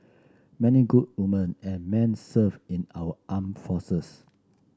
many good women and men serve in our armed forces